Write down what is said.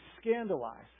scandalize